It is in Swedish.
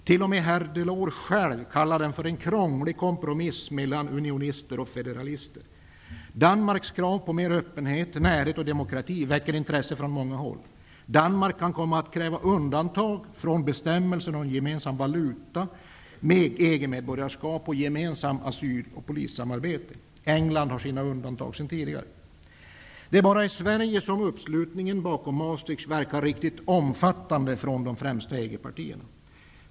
Till och med herr Delors själv har kallat den för en krånglig kompromiss mellan unionister och federalister. Danmarks krav på mer öppenhet, närhet och demokrati väcker intresse från många håll. Danmark kan komma att kräva undantag från bestämmelser om gemensam valuta, EG medborgarskap och gemensamt asyl och polissamarbete. England har sina undantag redan tidigare. Det är bara i Sverige som uppslutningen bakom Maastricht verkar riktigt omfattande från de främsta EG-partierna.